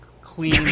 clean